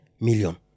million